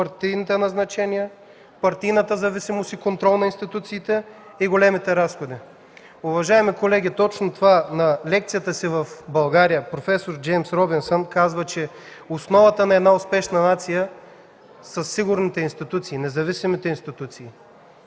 партийната зависимост и контрол на институциите и големите разходи. Уважаеми колеги, на лекцията си в България проф. Джеймс Робинсън точно това каза: „Основата на една успешна нация са сигурните, независимите институции”.